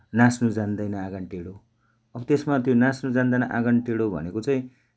नाच्नु जान्दैन आँगन टेढो अब त्यसमा त्यो नाँच्नु जान्दैन आँगन टेढो भनेको चाहिँ